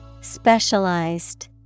Specialized